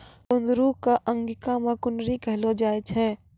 कुंदरू कॅ अंगिका मॅ कुनरी कहलो जाय छै